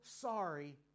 sorry